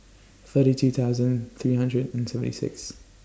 thirty two thousand three hundred and seventy six